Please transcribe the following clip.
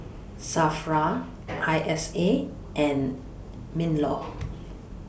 SAFRA I S A and MINLAW